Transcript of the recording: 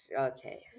okay